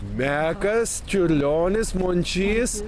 mekas čiurlionis mončys